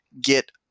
get